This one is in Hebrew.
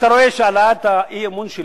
אתה רואה שהעלאת האי-אמון שלי